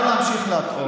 אתה יכול להמשיך להטעות.